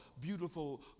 beautiful